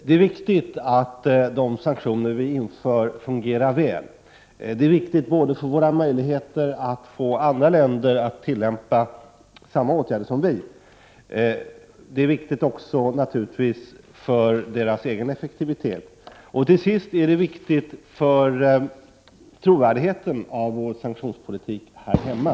Det är viktigt att de sanktioner vi inför fungerar väl, både för våra möjligheter att förmå andra - Prot. 1988/89:37 länder att tillämpa samma åtgärder och för åtgärdernas effektivitet. Sist men 2 december 1988 «inte minst är det viktigt för trovärdigheten av vår sanktionspolitik här RE hemma.